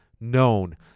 known